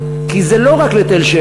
כי זה לא רק לתל-שבע,